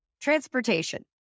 transportation